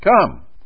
come